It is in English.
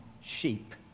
sheep